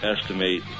estimate